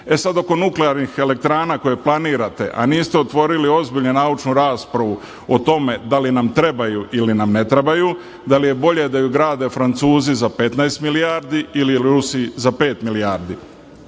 E sad, oko nuklearnih elektrana koje planirate, a niste otvorili ozbiljnu naučnu raspravu o tome da li nam trebaju ili nam ne trebaju, da li je bolje da je grade Francuzi za 15 milijardi ili Rusi za pet milijardi.